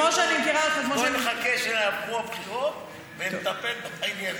בואי נחכה שיעברו הבחירות ונטפל בעניינים.